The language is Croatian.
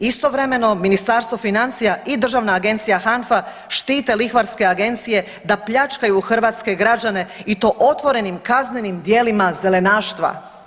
Istovremeno Ministarstvo financija i Državna agencija HANFA štite lihvarske agencije da pljačkaju hrvatske građane i to otvorenim kaznenim djelima zelenaštva.